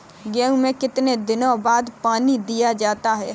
गेहूँ में कितने दिनों बाद पानी दिया जाता है?